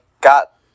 got